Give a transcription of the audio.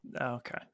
Okay